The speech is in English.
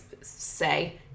say